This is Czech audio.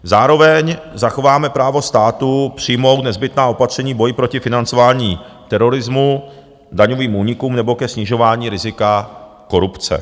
Zároveň zachováme právo státu přijmout nezbytná opatření k boji proti financování terorismu, daňovým únikům nebo ke snižování rizika korupce.